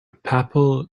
papal